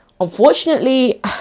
unfortunately